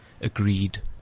agreed